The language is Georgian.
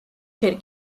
ჯერ